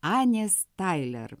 anės tailer